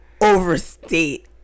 Overstate